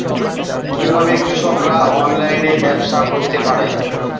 কিভাবে কৃষকরা অনলাইনে ব্যবসা করতে পারে?